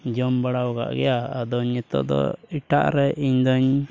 ᱡᱚᱢ ᱵᱟᱲᱟᱣᱟ ᱠᱟᱜ ᱜᱮᱭᱟ ᱟᱫᱚ ᱱᱤᱛᱚᱜ ᱫᱚ ᱮᱴᱟᱜ ᱨᱮ ᱤᱧ ᱫᱚᱧ